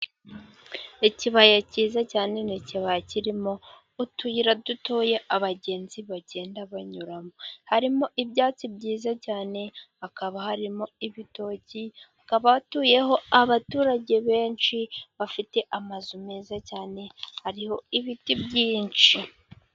Ikibaya cyiza cyane ni ikibaya kirimo utuyira dutoya abagenzi bagenda banyuramo, harimo ibyatsi byiza cyane, hakaba harimo ibitoki, hakaba hatuyeho abaturage benshi bafite amazu meza cyane, hari ibiti byinshi.